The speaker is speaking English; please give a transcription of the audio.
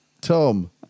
Tom